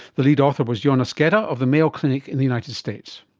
the lead author was yonas geda of the mayo clinic in the united states.